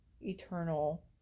eternal